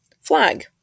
flag